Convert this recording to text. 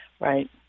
Right